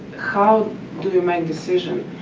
how do you make decision,